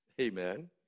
Amen